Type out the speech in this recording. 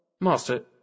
Master